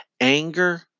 Anger